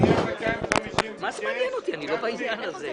פניית סוף השנה נועדה לעשות התאמה בפועל של